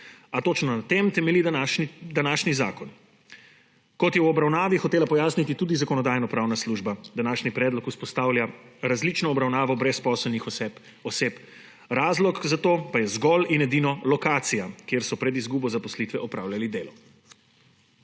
a točno na tem temelji današnji zakon. Kot je v obravnavi hotela pojasniti tudi Zakonodajno-pravna služba, današnji predlog vzpostavlja različno obravnavo brezposelnih oseb, razlog za to pa je zgolj in edino lokacija, kjer so pred izgubo zaposlitve opravljali delo.